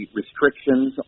restrictions